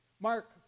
Mark